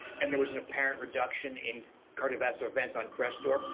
and there was an apparent reduction in cardiovascular events on crestor.